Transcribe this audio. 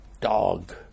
dog